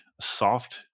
soft